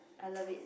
I love it